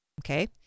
Okay